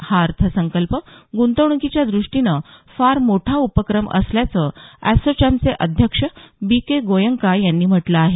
हा अर्थसंकल्प गूंतवणूकीच्या द्रष्टीने फार मोठा उपक्रम असल्याचं अॅसोचॅमचे अध्यक्ष बी के गोयंका यांनी म्हटलं आहे